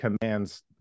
commands